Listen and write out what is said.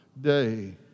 day